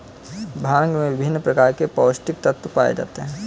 भांग में विभिन्न प्रकार के पौस्टिक तत्त्व पाए जाते हैं